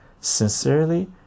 Sincerely